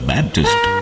Baptist